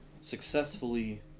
successfully